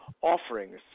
offerings